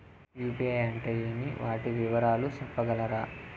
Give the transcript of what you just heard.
UPI అంటే ఏమి? వాటి వివరాలు సెప్పగలరా?